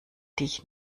dich